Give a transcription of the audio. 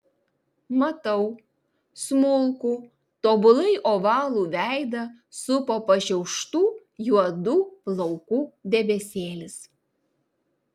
matau smulkų tobulai ovalų veidą supo pašiauštų juodų plaukų debesėlis